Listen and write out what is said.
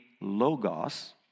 logos